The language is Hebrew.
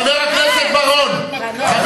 חבר הכנסת בר-און,